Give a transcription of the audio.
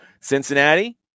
Cincinnati